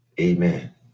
Amen